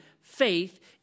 faith